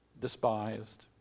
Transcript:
despised